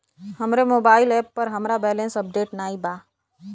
हमरे mobile app पर हमार बैलैंस अपडेट नाई बा